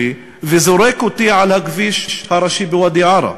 וזורק אותי על הכביש הראשי בוואדי-עארה?